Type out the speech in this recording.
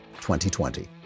2020